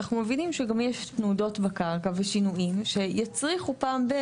אנחנו מבינים שיש גם תנודות בקרקע ושינויים שיצריכו פעם ב,